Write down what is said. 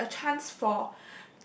it will a chance for